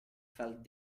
felt